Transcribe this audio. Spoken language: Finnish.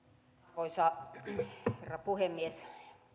arvoisa herra puhemies